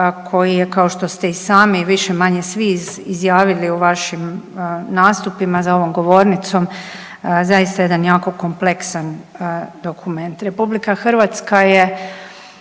koji je kao što ste i sami više-manje svi izjavili u vašim nastupima za ovom govornicom zaista jedan jako kompleksan dokument. RH je